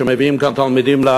שמביאים תלמידים לכאן,